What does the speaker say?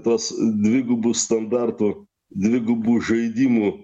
tas dvigubų standartų dvigubų žaidimų